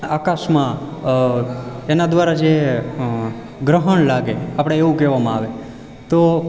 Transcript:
આકાશમાં એના દ્વારા જે ગ્રહણ લાગે આપણે એવું કહેવામાં આવે તો